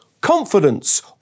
confidence